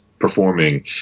performing